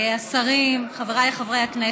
השרים, חבריי חברי הכנסת,